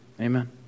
Amen